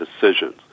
decisions